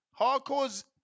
hardcore's